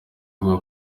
avuga